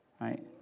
right